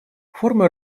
формы